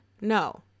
No